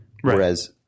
whereas